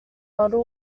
model